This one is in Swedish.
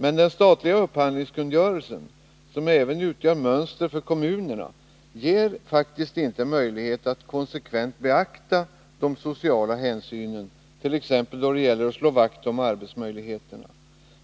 Men den statliga upphandlingskungörelsen, som även utgör mönster för kommunerna, ger faktiskt inte möjlighet att konsekvent beakta de sociala hänsynen, t.ex. då det gäller att slå vakt om arbetsmöjligheterna.